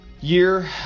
Year